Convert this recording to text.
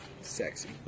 Sexy